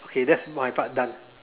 okay that's my part done